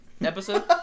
episode